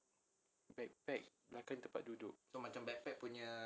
backpack bikin tempat duduk